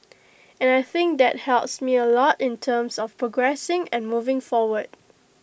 and I think that helps me A lot in terms of progressing and moving forward